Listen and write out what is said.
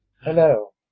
Hello